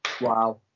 Wow